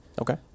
Okay